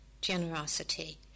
generosity